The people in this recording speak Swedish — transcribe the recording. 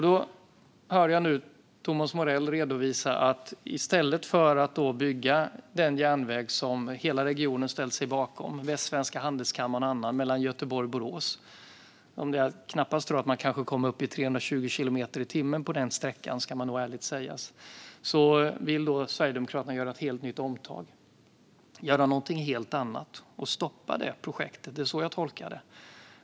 Då hör jag nu Thomas Morell redovisa att i stället för att bygga den järnväg som hela regionen har ställt sig bakom - Västsvenska Handelskammaren och andra - mellan Göteborg och Borås vill Sverigedemokraterna göra ett helt nytt omtag, göra någonting helt annat och stoppa detta projekt. Det är så jag tolkar det. Det ska nog ärligt sägas att man nog inte kommer att komma upp i 320 kilometer i timmen på den sträckan.